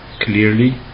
clearly